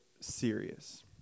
serious